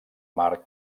mar